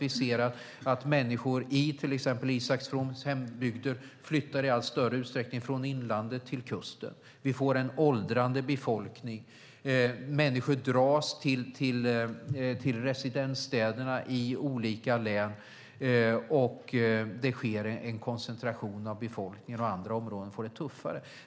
Vi ser att människor i till exempel Isak Froms hembygd i allt större utsträckning flyttar från inlandet till kusten. Vi får en åldrande befolkning. Människor dras till länens residensstäder där det sker en koncentration av befolkning, och andra områden får det tuffare.